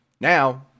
Now